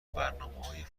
برنامههای